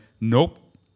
Nope